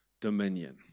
dominion